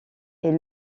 est